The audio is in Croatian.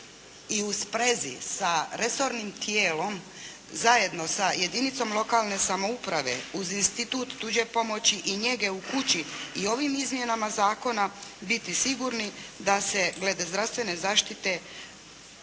razumije./… sa resornim tijelom zajedno sa jedinicom lokalne samouprave uz institut tuđe pomoći i njege u kući i ovim izmjenama zakona biti sigurni da se glede zdravstvene zaštite